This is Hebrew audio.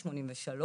שמונים וארבע